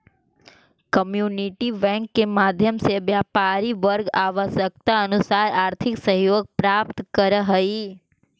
community bank के माध्यम से व्यापारी वर्ग आवश्यकतानुसार आर्थिक सहयोग प्राप्त करऽ हइ